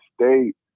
State